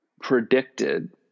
predicted